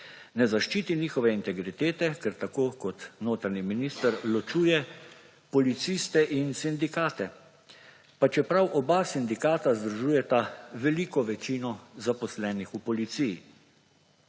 Ne zaščiti njihove integritete, ker tako kot notranji minister ločuje policiste in sindikate, pa čeprav oba sindikata združujeta veliko večino zaposlenih v policiji.